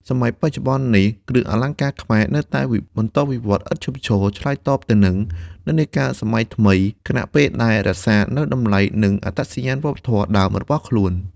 ក្នុងសម័យបច្ចុប្បន្ននេះ គ្រឿងអលង្ការខ្មែរនៅតែបន្តវិវត្តន៍ឥតឈប់ឈរ ឆ្លើយតបទៅនឹងនិន្នាការសម័យថ្មី ខណៈពេលដែលរក្សានូវតម្លៃ និងអត្តសញ្ញាណវប្បធម៌ដើមរបស់ខ្លួន។